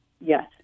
Yes